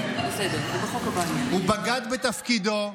הוא בגד בתפקידו,